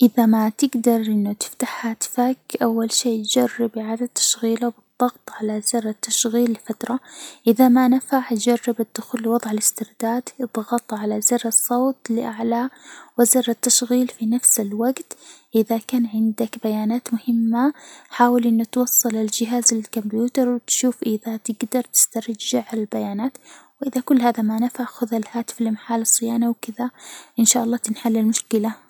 إذا ما تجدر إنه تفتح هاتفك، أول شي جرب إعادة تشغيله بالضغط على زر التشغيل لفترة، إذا ما نفع جرب الدخول لوضع الإسترداد، إضغط على زر الصوت للأعلى وزر التشغيل في نفس الوجت، إذا كان عندك بيانات مهمة، حاول إنه توصل لجهاز الكمبيوتر، وتشوف إذا تجدر تسترجع البيانات، وإذا كل هذا ما نفع خذ الهاتف لمحل الصيانة، وكذا إن شاء الله تنحل المشكلة.